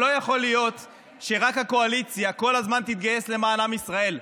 לא יכול להיות שרק הקואליציה כל הזמן תתגייס למען עם ישראל.